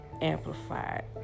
amplified